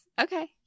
Okay